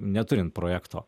neturint projekto